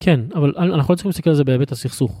כן, אבל אנחנו לא צריכים להסתכל על זה בהיבט הסכסוך.